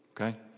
Okay